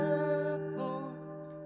airport